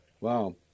Wow